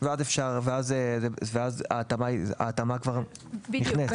ואז ההתאמה היא כבר --- בדיוק.